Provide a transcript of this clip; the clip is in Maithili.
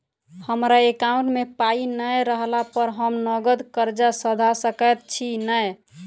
हमरा एकाउंट मे पाई नै रहला पर हम नगद कर्जा सधा सकैत छी नै?